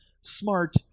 smart